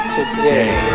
Today